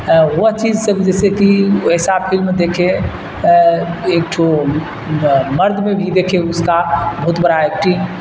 وہ چیز سب جیسے کہ ایسا فلم دیکھے ایک تو مرد میں بھی دیکھے اس کا بہت بڑا ایکٹنگ